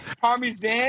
Parmesan